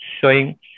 showing